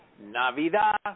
Navidad